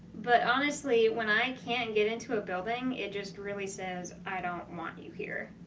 but honestly, when i can't get into a building, it just really says, i don't want you here.